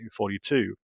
1942